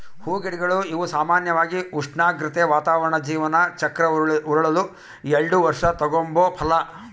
ಹೂಗಿಡಗಳು ಇವು ಸಾಮಾನ್ಯವಾಗಿ ಉಷ್ಣಾಗ್ರತೆ, ವಾತಾವರಣ ಜೀವನ ಚಕ್ರ ಉರುಳಲು ಎಲ್ಡು ವರ್ಷ ತಗಂಬೋ ಫಲ